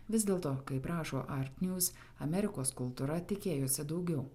vis dėlto kaip rašo art news amerikos kultūra tikėjosi daugiau